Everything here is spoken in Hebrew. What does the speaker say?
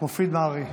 מופיד מרעי.